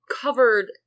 covered